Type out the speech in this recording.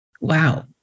wow